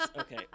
Okay